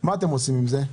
מה אתם עושים עם זה?